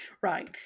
Right